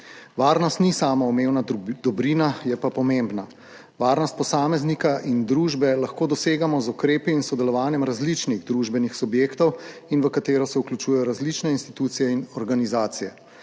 Varnost ni samoumevna dobrina, je pa pomembna. Varnost posameznika in družbe lahko dosegamo z ukrepi in sodelovanjem različnih družbenih subjektov in vanjo se vključujejo različne institucije in organizacije.